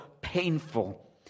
painful